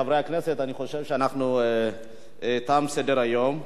חברי הכנסת, אני חושב שתם סדר-היום.